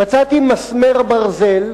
מסמר ברזל,